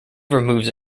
removes